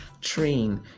train